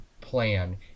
plan